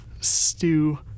stew